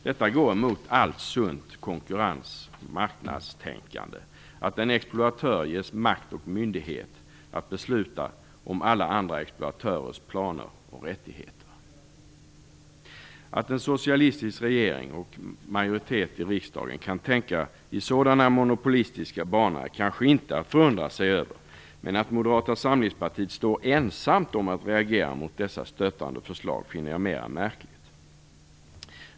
Det går mot allt sunt konkurrens och marknadstänkande att en exploatör ges makt och bemyndigande att besluta om alla andra exploatörers planer och rättigheter. Att en socialistisk regering och majoritet i riksdagen kan tänka i sådana monopolistiska banor kanske inte är att förundra sig över, men att Moderata samlingspartiet står ensamt om att reagera mot dessa stötande förslag finner jag mer märkligt.